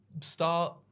start